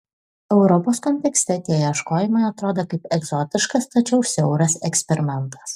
europos kontekste tie ieškojimai atrodo kaip egzotiškas tačiau siauras eksperimentas